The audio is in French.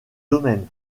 domaines